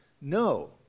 No